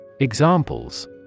Examples